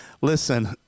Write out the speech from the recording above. listen